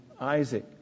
Isaac